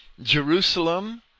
Jerusalem